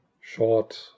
short